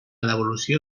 devolució